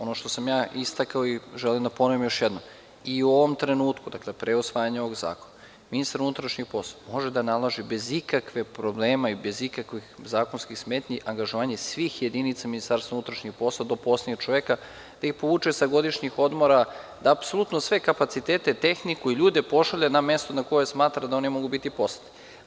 Ono što sam ja istakao i želim da ponovim još jednom, i u ovom trenutku, dakle, pre usvajanja ovog zakona, ministar unutrašnjih poslova može da naloži bez ikakvih problema i bez ikakvih zakonskih smetnji angažovanje svih jedinica MUP do poslednjeg čoveka, da ih povuče sa godišnjih odmora, da apsolutno sve kapacitete, tehniku i ljude pošalje na mesto na koje smatra da oni mogu biti poslati.